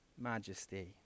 Majesty